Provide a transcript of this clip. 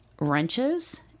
wrenches